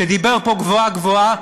שדיבר פה גבוהה-גבוהה,